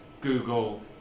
Google